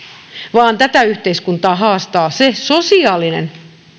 vaan tätä yhteiskuntaa haastaa se sosiaalinen